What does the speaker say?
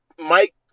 Mike